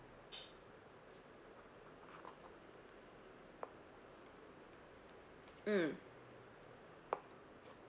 mm